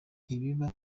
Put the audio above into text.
ntibiba